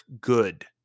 good